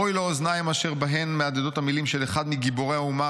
"אוי לאוזניים אשר בהן עדיין מהדהדות המילים של אחד מגיבורי האומה,